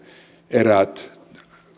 eräät